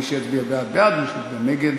מי שיצביע בעד, בעד, מי שיצביע נגד,